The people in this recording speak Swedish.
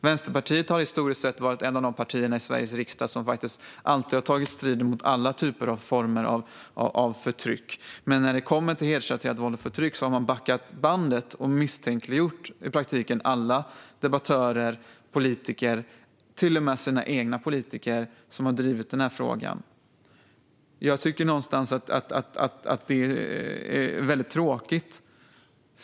Vänsterpartiet har historiskt sett varit ett av de partier i Sveriges riksdag som alltid har tagit strid mot alla former av förtryck, men när det gäller hedersrelaterat våld och förtryck har man backat bandet och i praktiken misstänkliggjort alla debattörer och politiker - till och med sina egna politiker - som har drivit den här frågan. Jag tycker att det är väldigt tråkigt.